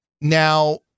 Now-